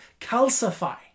calcify